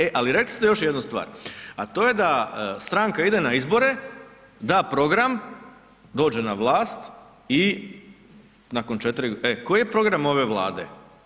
E ali rekli ste još jednu stvar, a to je da stranka ide na izbore, da program, dođe na vlast i nakon, e, a koji je program ove Vlade?